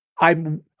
I'm-